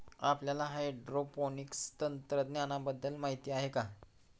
आपल्याला हायड्रोपोनिक्स तंत्रज्ञानाबद्दल माहिती आहे का?